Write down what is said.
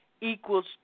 equals